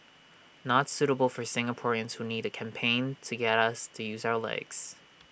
not suitable for Singaporeans who need A campaign to get us to use our legs